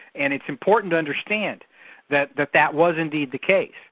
and it's important to understand that that that was indeed the case.